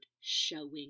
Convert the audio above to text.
showing